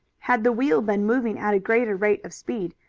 had the wheel been moving at a greater rate of speed,